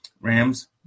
Rams